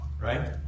right